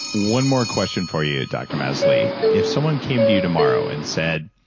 one more question for you, dr. masley. if someone came to you tomorrow and said,